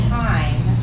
time